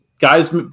guys –